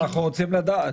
אנחנו רוצים לדעת.